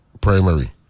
primary